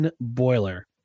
Boiler